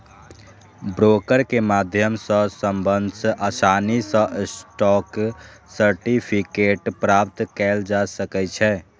broker के माध्यम सं सबसं आसानी सं स्टॉक सर्टिफिकेट प्राप्त कैल जा सकै छै